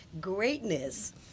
greatness